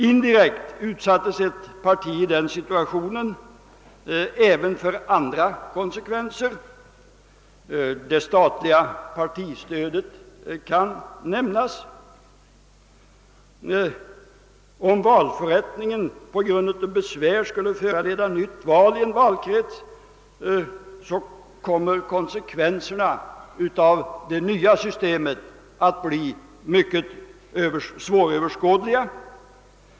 Indirekt utsätts ett parti i detta läge även för andra konsekvenser. Det statliga partistödet kan nämnas. Om valförrättningen på grund av besvär skulle föranleda nytt val i en valkrets kommer konsekvenserna av det nya systemet att bli ytterst svåröverskådliga.